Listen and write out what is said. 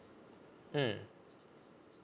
mm